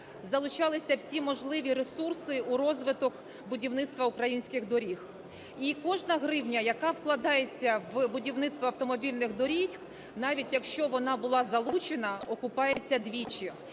залучалися всі можливі ресурси у розвиток будівництва українських доріг. І кожна гривня, яка вкладається в будівництво автомобільних доріг, навіть, якщо вона була залучена, окупається двічі.